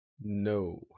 No